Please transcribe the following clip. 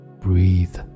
breathe